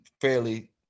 fairly